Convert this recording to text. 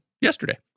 yesterday